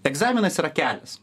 egzaminas yra kelias